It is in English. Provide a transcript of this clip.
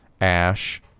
Ash